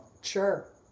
Sure